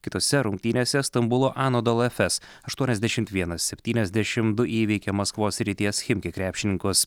kitose rungtynėse stambulo anadolo efes aštuoniasdešimt vienas septyniasdešim du įveikė maskvos srities chimki krepšininkus